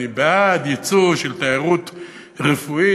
אני בעד יצוא של תיירות רפואית,